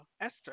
Esther